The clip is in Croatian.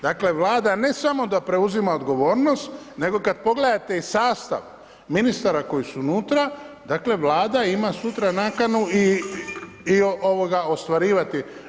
Dakle, Vlada ne samo da preuzima odgovornost, nego kad pogledate i sastav ministara koji su unutra, dakle Vlada ima sutra nakanu i ostvarivati,